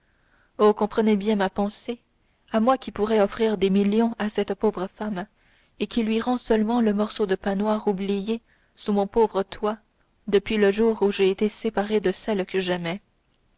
oh comprenez bien ma pensée à moi qui pourrais offrir des millions à cette pauvre femme et qui lui rends seulement le morceau de pain noir oublié sous mon pauvre toit depuis le jour où j'ai été séparé de celle que j'aimais